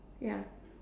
ya